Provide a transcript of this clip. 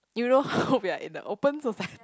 you know how we are in a open society